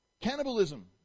Cannibalism